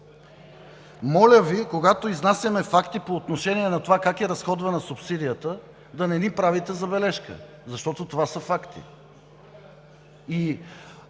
моля Ви, когато изнасяме факти по отношение на това как е разходвана субсидията, да не ни правите забележка, защото това са факти.